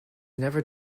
never